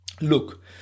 look